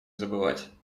забывать